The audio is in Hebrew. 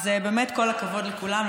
אז באמת כל הכבוד לכולם,